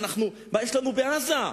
מה יש לנו בעזה.